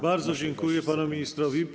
Bardzo dziękuję panu ministrowi.